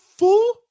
Full